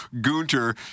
Gunter